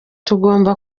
tugomba